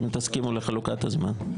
אם תסכימו לחלוקת הזמן.